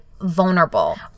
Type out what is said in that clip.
vulnerable